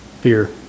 fear